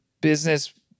business